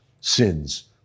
sins